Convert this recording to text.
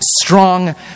strong